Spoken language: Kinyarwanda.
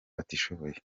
batishoboye